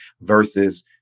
versus